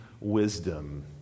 wisdom